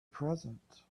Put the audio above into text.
present